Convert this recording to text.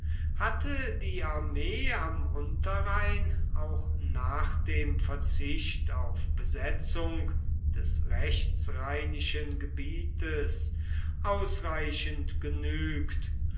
hatte die armee am unterrhein auch nach dem verzicht auf besetzung des rechtsrheinischen gebietes ausreichend genügt